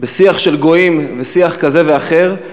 בשיח של גויים ושיח כזה ואחר,